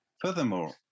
Furthermore